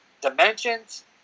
dimensions